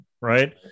right